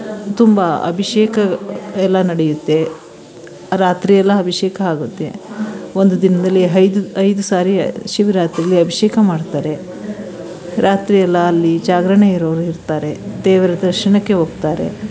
ತುಂಬ ಅಭಿಷೇಕ ಎಲ್ಲ ನಡೆಯುತ್ತೆ ರಾತ್ರಿಯೆಲ್ಲ ಅಭಿಷೇಕ ಆಗುತ್ತೆ ಒಂದು ದಿನದಲ್ಲಿ ಐದು ಐದು ಸಾರಿ ಶಿವರಾತ್ರೀಲಿ ಅಭಿಷೇಕ ಮಾಡ್ತಾರೆ ರಾತ್ರಿಯೆಲ್ಲ ಅಲ್ಲಿ ಜಾಗರಣೆ ಇರೋವ್ರು ಇರ್ತಾರೆ ದೇವರ ದರ್ಶನಕ್ಕೆ ಹೋಗ್ತಾರೆ